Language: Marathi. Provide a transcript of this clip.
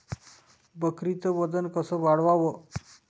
बकरीचं वजन कस वाढवाव?